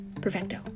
Perfecto